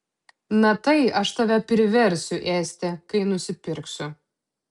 na tai aš tave priversiu ėsti kai nusipirksiu